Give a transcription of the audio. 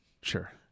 Sure